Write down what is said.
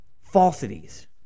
Falsities